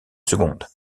secondes